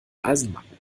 eisenmangel